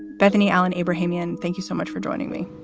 bethany allen ibrahim, yeah and thank you so much for joining me.